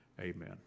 Amen